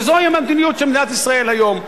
וזוהי המדיניות של מדינת ישראל היום,